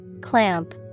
Clamp